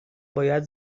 باید